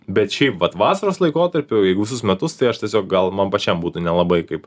bet šiaip vat vasaros laikotarpiu jeigu visus metus tai aš tiesiog gal man pačiam būtų nelabai kaip